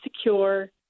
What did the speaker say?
secure